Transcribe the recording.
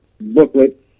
booklet